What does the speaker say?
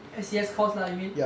S_C_S course lah you mean